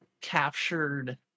captured